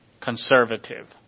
conservative